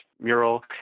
mural